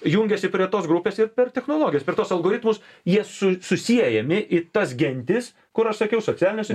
jungiasi prie tos grupės ir per technologijas per tuos algoritmus jie su susiejami į tas gentis kur aš sakiau socialiniuose